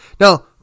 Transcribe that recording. Now